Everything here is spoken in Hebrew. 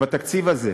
בתקציב הזה,